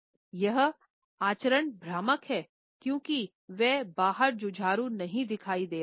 यह आचरण भ्रामक है क्योंकि यह बाहर जुझारू नहीं दिखाई दे रहा है